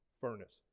furnace